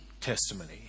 testimony